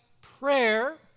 prayer